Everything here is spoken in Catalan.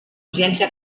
urgència